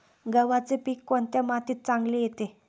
गव्हाचे पीक कोणत्या मातीत चांगले येते?